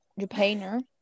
Japaner